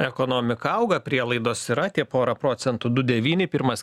ekonomika auga prielaidos yra tie pora procentų du devyni pirmas